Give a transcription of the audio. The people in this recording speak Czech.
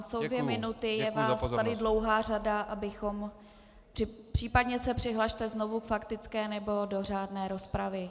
Jsou dvě minuty, je vás tady dlouhá řada, abychom, případně se přihlaste znovu k faktické nebo do řádné rozpravy.